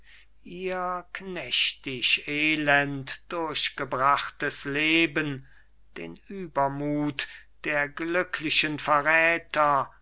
ihr knechtisch elend durchgebrachtes leben den übermuth der glücklichen verräther